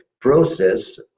process